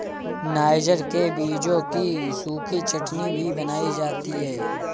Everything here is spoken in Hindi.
नाइजर के बीजों की सूखी चटनी भी बनाई जाती है